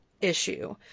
issue